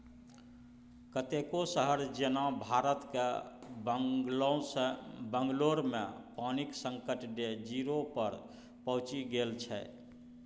कतेको शहर जेना भारतक बंगलौरमे पानिक संकट डे जीरो पर पहुँचि गेल छै